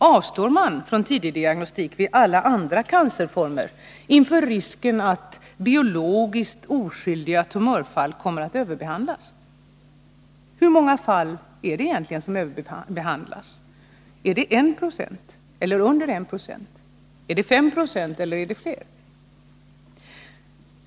Avstår man från tidigdiagnostik vid alla andra cancerformer inför risken att ”biologiskt oskyldiga tumörfall” kommer att överbehandlas? Hur många fall är det egentligen som överbehandlas? Är det 196 av fallen, eller är det under 1 96? Är det 5 90 av fallen, eller är det fler?